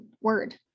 word